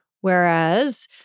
whereas